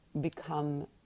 become